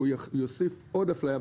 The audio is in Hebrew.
והוא יוסיף עוד אפליה,